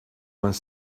vingt